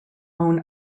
own